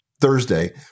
Thursday